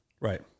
right